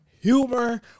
Humor